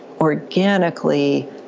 organically